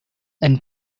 and